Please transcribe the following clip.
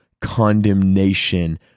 condemnation